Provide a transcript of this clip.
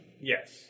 Yes